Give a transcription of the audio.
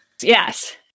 Yes